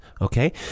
Okay